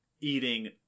eating